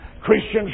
Christians